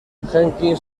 jenkins